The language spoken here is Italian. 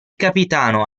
capitano